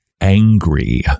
angry